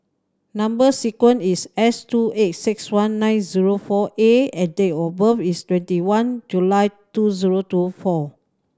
number sequence is S two eight six one nine zero four A and date of birth is twenty one July two zero two four